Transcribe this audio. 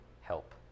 help